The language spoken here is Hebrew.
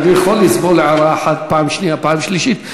אני יכול לסבול הערה אחת פעם שנייה ופעם שלישית.